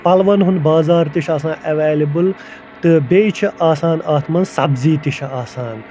پَلون ہُنٛد بازار تہِ چھُ آسان اٮ۪وٮ۪لیبٕل تہٕ بیٚیہِ چھِ آسان اَتھ منٛز سبزی تہِ چھِ آسان